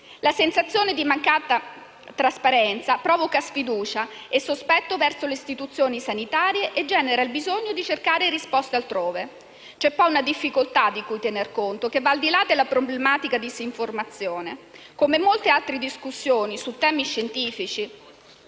La sensazione di mancata trasparenza provoca sfiducia e sospetto verso le istituzioni sanitarie e genera il bisogno di cercare risposte altrove. C'è poi una difficoltà di cui tener conto, che va al di là della problematica della disinformazione. Come molte altre discussioni su temi scientifici